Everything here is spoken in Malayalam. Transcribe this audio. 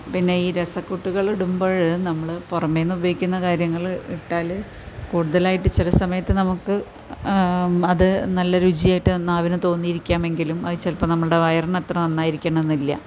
പിന്നെ ഈ രസക്കൂട്ടുകൾ ഇടുമ്പോൾ നമ്മൾ പുറമേന്ന് ഉപയോഗിക്കുന്ന കാര്യങ്ങൾ ഇട്ടാൽ കൂടുതലായിട്ട് ചില സമയത്ത് നമുക്ക് അത് നല്ല രുചിയായിട്ട് നാവിന് തോന്നിയിരിക്കാം എങ്കിലും അത് ചിലപ്പോൾ നമ്മുടെ വയറിന് അത്ര നന്നായിരിക്കണമെന്നില്ല